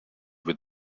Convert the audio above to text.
with